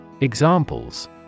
Examples